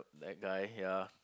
that guy ya